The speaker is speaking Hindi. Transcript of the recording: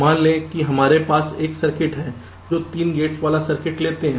मान लें कि हमारे पास एक सर्किट है जो 3 गेट्स बाला सर्किट लेते है